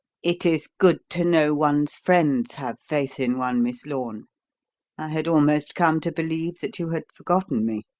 it is good to know one's friends have faith in one, miss lorne. i had almost come to believe that you had forgotten me.